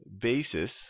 basis